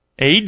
AD